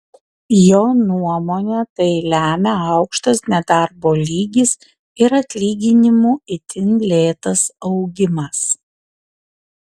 jo nuomone tai lemia aukštas nedarbo lygis ir atlyginimų itin lėtas augimas